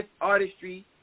artistry